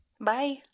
Bye